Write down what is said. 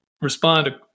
respond